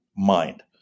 mind